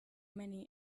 many